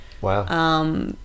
Wow